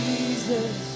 Jesus